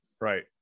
Right